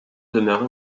demeure